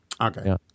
Okay